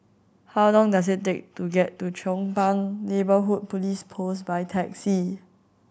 how long does it take to get to Chong Pang Neighbourhood Police Post by taxi